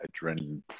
adrenaline